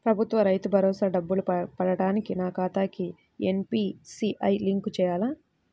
ప్రభుత్వ రైతు భరోసా డబ్బులు పడటానికి నా ఖాతాకి ఎన్.పీ.సి.ఐ లింక్ చేయాలా?